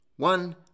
One